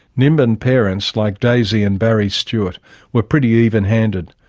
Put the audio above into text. nimbin parents like daisy and barry stewart were pretty even-handed,